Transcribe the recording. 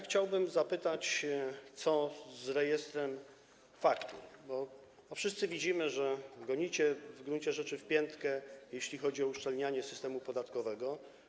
Chciałbym zapytać, co z rejestrem faktur, bo wszyscy widzimy, że w gruncie rzeczy gonicie w piętkę, jeśli chodzi o uszczelnianie systemu podatkowego.